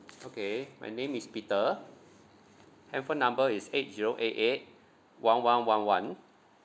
okay my name is peter handphone number is eight zero eight eight one one one one